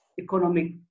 economic